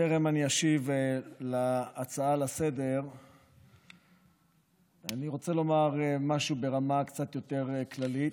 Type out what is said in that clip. טרם אשיב להצעה לסדר-היום אני רוצה לומר משהו ברמה קצת יותר כללית: